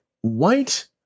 White